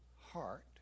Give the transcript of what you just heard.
heart